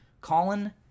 Colin